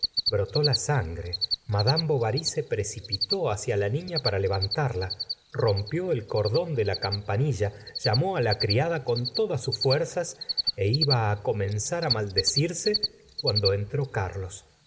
brotó la sangre mad bovary se precipitó hacia la niña para gustavo flaubert levantarla rompió el cordón de la campanilla llamó la criada con todas sus fuerzas é iba comenzar maldecirse cuando entró carlos